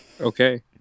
okay